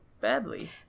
badly